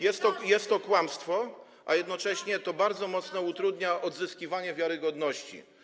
Jest to kłamstwo i jednocześnie to bardzo mocno utrudnia odzyskiwanie wiarygodności.